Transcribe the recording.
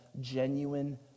genuine